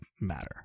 matter